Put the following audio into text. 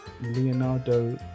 Leonardo